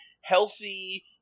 healthy